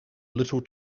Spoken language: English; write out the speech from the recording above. little